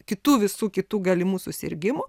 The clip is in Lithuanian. kitų visų kitų galimų susirgimų